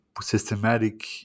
systematic